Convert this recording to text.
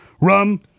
rum